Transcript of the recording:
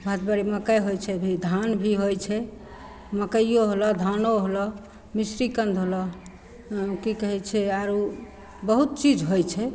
भदबरी मकइ होइ छै भी धान भी होइ छै मकइओ होलऽ धानो होलऽ मिश्रीकन्द होलऽ कि कहै छै आओर बहुत चीज होइ छै